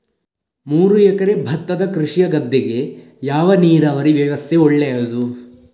ಮೂರು ಎಕರೆ ಭತ್ತದ ಕೃಷಿಯ ಗದ್ದೆಗೆ ಯಾವ ನೀರಾವರಿ ವ್ಯವಸ್ಥೆ ಒಳ್ಳೆಯದು?